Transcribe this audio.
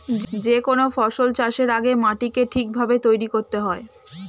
যে কোনো ফসল চাষের আগে মাটিকে ঠিক ভাবে তৈরি করতে হয়